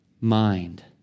mind